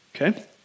Okay